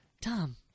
Tom